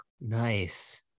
nice